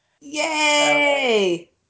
Yay